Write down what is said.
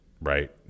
right